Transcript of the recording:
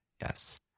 Yes